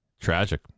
tragic